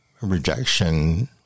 Rejection